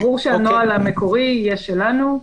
ברור שהנוהל המקורי יהיה שלנו.